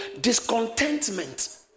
discontentment